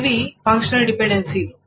ఇవి ఫంక్షనల్ డిపెండెన్సీలు